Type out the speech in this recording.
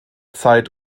zeit